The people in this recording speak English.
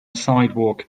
sidewalk